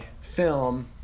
film